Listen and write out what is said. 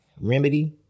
Remedy